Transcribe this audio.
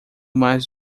mais